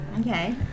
Okay